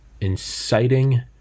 inciting